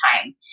time